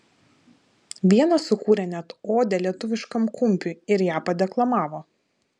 vienas sukūrė net odę lietuviškam kumpiui ir ją padeklamavo